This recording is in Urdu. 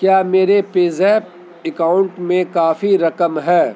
کیا میرے پے زیپ اکاؤنٹ میں کافی رقم ہے